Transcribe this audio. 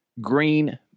green